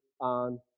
on